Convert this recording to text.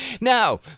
Now